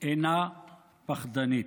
אינה פחדנית.